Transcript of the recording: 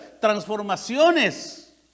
transformaciones